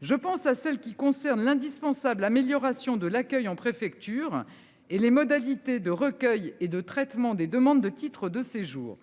je pense à celles qui concernent l'indispensable amélioration de l'accueil en préfecture et les modalités de recueil et de traitement des demandes de titre de séjour.